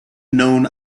known